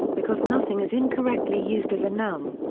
because nothing is incorrectly used as a noun.